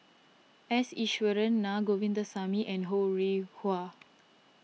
S Iswaran Naa Govindasamy and Ho Rih Hwa